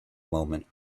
moment